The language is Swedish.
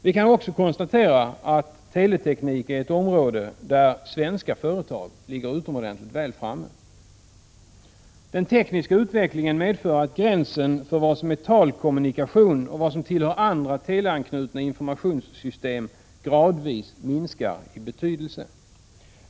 Vi kan också konstatera att teleteknik är ett område där svenska företag ligger utomordentligt väl framme. Den tekniska utvecklingen medför att gränsen för vad som är talkommunikation och vad som tillhör andra teleanknutna informationssystem gradvis minskar i betydelse.